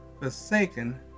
forsaken